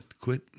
Quit